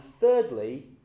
thirdly